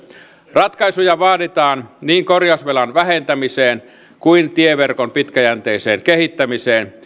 ratkaisuja vaaditaan niin korjausvelan vähentämiseen kuin tieverkon pitkäjänteiseen kehittämiseen